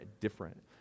different